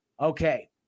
Okay